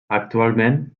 actualment